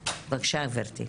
בבקשה, גברתי.